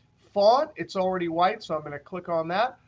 font it's already white. so i'm going to click on that.